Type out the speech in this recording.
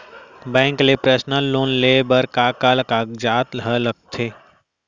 Bank ले personal loan लेये बर का का कागजात ह लगथे?